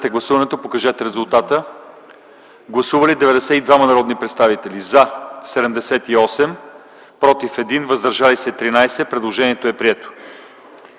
Гласували 102 народни представители: за 88, против няма, въздържали се 14. Предложението е прието.